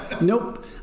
Nope